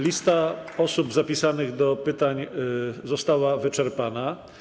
Lista osób zapisanych do pytań została wyczerpana.